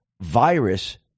virus